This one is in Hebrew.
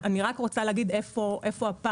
אני רק רוצה להגיד איפה הפער: